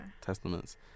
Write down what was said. testaments